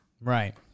right